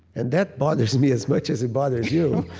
and that bothers me as much as it bothers you